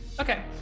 Okay